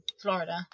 Florida